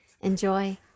Enjoy